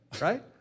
right